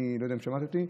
אני לא יודע אם שמעת אותי,